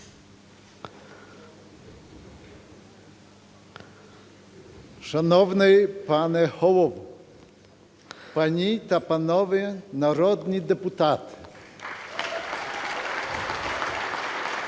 Шановний пане Голово, пані та панове народні депутати!